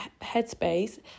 headspace